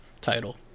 Title